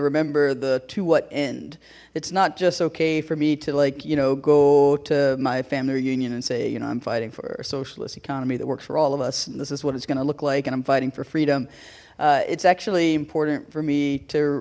remember the to what end it's not just ok for me to like you know go to my family reunion and say you know i'm fighting for a socialist economy that works for all of us this is what it's going to look like and i'm fighting for freedom it's actually important for me to